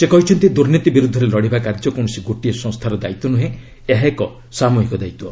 ସେ କହିଛନ୍ତି ଦୁର୍ନୀତି ବିରୁଦ୍ଧରେ ଲଢ଼ିବା କାର୍ଯ୍ୟ କୌଣସି ଗୋଟିଏ ସଂସ୍ଥାର ଦାୟିତ୍ୱ ନୁହେଁ ଏହା ଏକ ସାମୂହିକ ଦାୟିତ୍ୱ